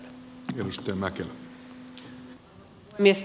arvoisa puhemies